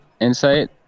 Insight